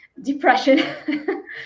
depression